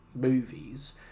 movies